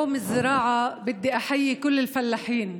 (אומרת דברים בשפה הערבית,